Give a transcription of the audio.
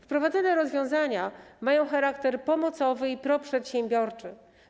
Wprowadzone rozwiązania mają charakter pomocowy i proprzedsiębiorczy.